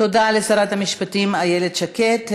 תודה לשרת המשפטים איילת שקד.